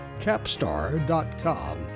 capstar.com